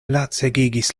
lacegigis